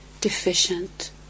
deficient